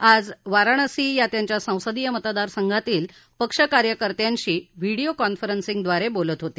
ते आज वाराणसी या त्यांच्या संसदीय मतदारसंघातील पक्ष कार्यकत्यांशी व्हिडीओ कॉन्फरसिंगद्वारे बोलत होते